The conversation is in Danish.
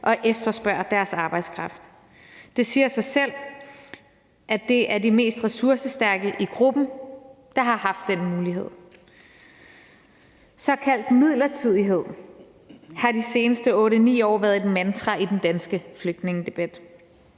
og efterspørger deres arbejdskraft. Det siger sig selv, at det er de mest ressourcestærke i gruppen, der har haft den mulighed. Såkaldt midlertidighed har de seneste 8-9 år været et mantra i den danske flygtningedebat.